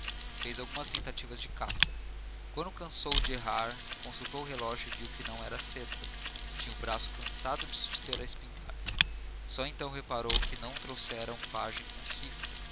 fez algumas tentativas de caça quando cansou de errar consultou o relógio e viu que não era cedo tinha o braço cansado de suster a espingarda só então reparou que não trouxera um pajem consigo